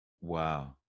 Wow